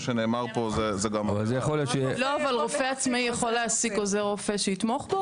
אבל רופא עצמאי יכול להעסיק עוזר רופא שיתמוך בו?